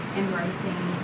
embracing